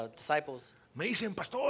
disciples